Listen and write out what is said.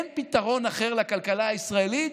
אין פתרון אחר לכלכלה הישראלית,